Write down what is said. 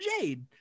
Jade